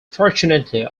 fortunately